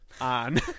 on